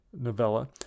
novella